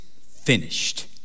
finished